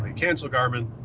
cancel, garmin.